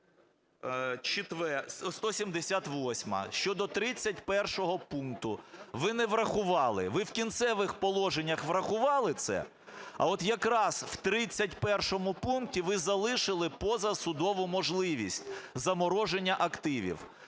Ви в кінцевих положеннях врахували це, а от якраз в 31 пункті ви залишили "позасудову можливість замороження активів".